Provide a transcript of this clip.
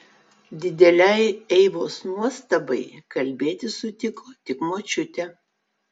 didelei eivos nuostabai kalbėti sutiko tik močiutė